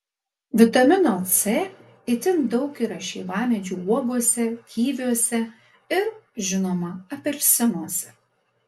vitamino c itin daug yra šeivamedžių uogose kiviuose ir žinoma apelsinuose